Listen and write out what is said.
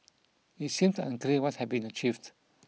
it seemed unclear what had been achieved